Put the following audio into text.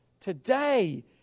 today